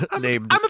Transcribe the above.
named